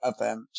event